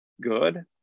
good